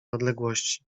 odległości